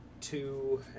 two